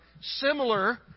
similar